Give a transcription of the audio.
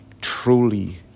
truly